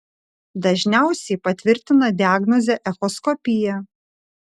dažniausiai patvirtina diagnozę echoskopija